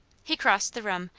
he crossed the room,